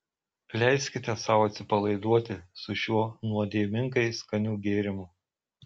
leiskite sau atsipalaiduoti su šiuo nuodėmingai skaniu gėrimu